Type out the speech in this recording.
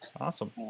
Awesome